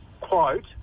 quote